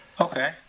okay